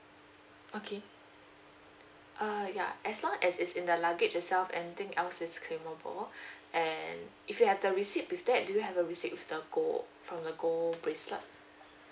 okay uh ya as long as it's in the luggage itself anything else is claimable and if you have the receipt with that do you have a receipt with the gold from the gold bracelet